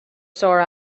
sore